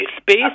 space